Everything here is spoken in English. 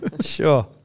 sure